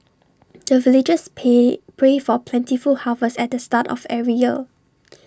the villagers pay pray for plentiful harvest at the start of every year